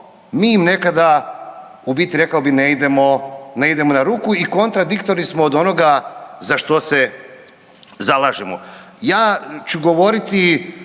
Mi im nekada u biti rekao bih ne idemo, ne idemo na ruku i kontradiktorni smo od onoga za što se zalažemo.